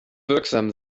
wirksam